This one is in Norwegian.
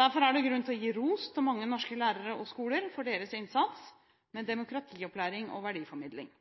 Derfor er det grunn til å gi ros til mange norske lærere og skoler for deres innsats med demokratiopplæring og verdiformidling.